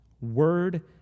Word